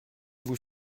vous